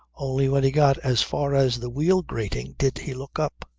only when he got as far as the wheel-grating did he look up.